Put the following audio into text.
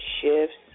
shifts